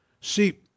See